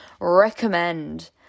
recommend